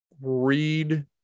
read